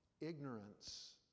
ignorance